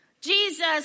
Jesus